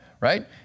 right